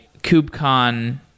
KubeCon